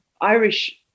Irish